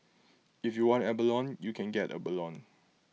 if you want abalone you can get abalone